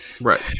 Right